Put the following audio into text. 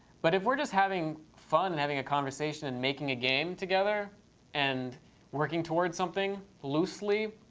but if we're just having fun and having a conversation and making a game together and working toward something loosely,